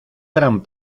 gran